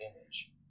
image